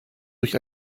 durch